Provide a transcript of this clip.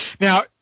Now